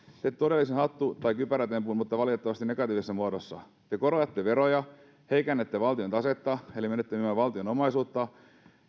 teette todellisen hattu tai kypärätempun mutta valitettavasti negatiivisessa muodossa te korotatte veroja heikennätte valtion tasetta menettämällä valtion omaisuutta